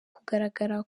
kugaragara